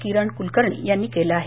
किरण कुलकर्णी यांनी केलं आहे